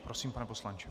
Prosím, pane poslanče.